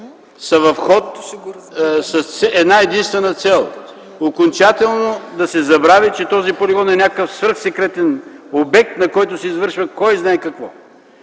са в ход с една-единствена цел – окончателно да се забрави, че този полигон е някакъв свръхсекретен обект, на който се извършва кой знай какво.